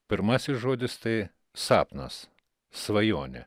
pirmasis žodis tai sapnas svajonė